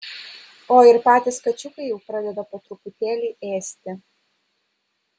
o ir patys kačiukai jau pradeda po truputėlį ėsti